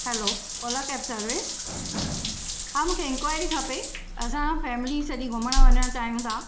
हलो Ola cab service हा मूंखे inquiry खपे असां फैमिली सॼी घुमणु वञणु चाहियूं था